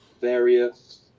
various